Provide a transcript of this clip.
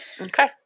Okay